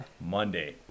Monday